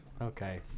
okay